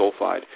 sulfide